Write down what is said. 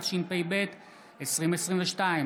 התשפ"ב 2022,